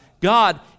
God